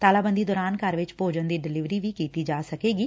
ਤਾਲਾਬੰਦੀ ਦੌਰਾਨ ਘਰ ਵਿਚ ਭੋਜਨ ਦੀ ਡਿਲਵਰੀ ਵੀ ਕੀਤੀ ਜਾ ਸਕੇਗੀ